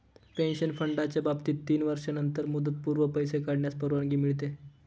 pension फंडाच्या बाबतीत तीन वर्षांनंतरच मुदतपूर्व पैसे काढण्यास परवानगी मिळते